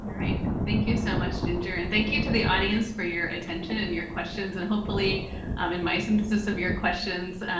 all right. thank you so much, ginger. and thank you to the audience for your attention and your questions. and hopefully um in my synthesis of your questions,